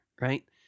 right